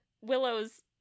Willow's